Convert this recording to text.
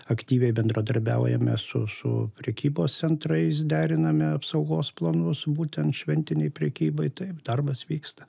aktyviai bendradarbiaujame su su prekybos centrais deriname apsaugos planus būtent šventinei prekybai taip darbas vyksta